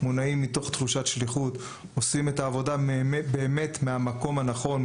מונעים מתוך תחושת שליחות ועושים את העבודה מהמקום הנכון,